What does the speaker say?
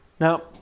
Now